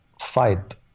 fight